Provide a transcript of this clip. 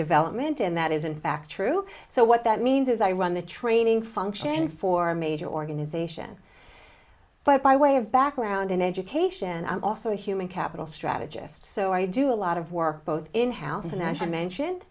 development and that is in fact true so what that means is i run the training function for major organization but by way of background in education i'm also a human capital strategist so i do a lot of work both in how the financial mentioned